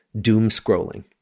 doom-scrolling